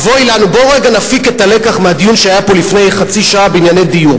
בואו רגע נפיק את הלקח מהדיון שהיה פה לפני חצי שנה בענייני דיור.